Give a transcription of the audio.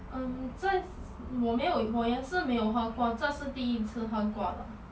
um 这我我也是没有喝过这是第一次喝过了